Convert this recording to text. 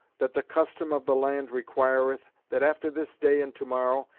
that the custom of the land requireth, that after this day and to-morrow,